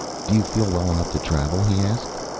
do you feel well enough to travel? he asked.